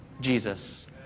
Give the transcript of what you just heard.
Jesus